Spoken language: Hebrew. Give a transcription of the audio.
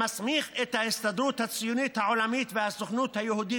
המסמיך את ההסתדרות הציונית העולמית והסוכנות היהודית